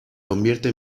convierte